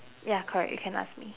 ya correct you can ask me